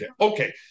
Okay